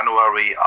January